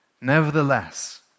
nevertheless